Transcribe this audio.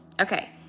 Okay